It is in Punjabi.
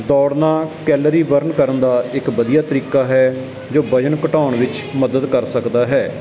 ਦੌੜਨਾ ਕੈਲਰੀ ਬਰਨ ਕਰਨ ਦਾ ਇੱਕ ਵਧੀਆ ਤਰੀਕਾ ਹੈ ਜੋ ਵਜ਼ਨ ਘਟਾਉਣ ਵਿੱਚ ਮਦਦ ਕਰ ਸਕਦਾ ਹੈ